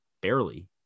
Barely